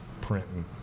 printing